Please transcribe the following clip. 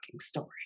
story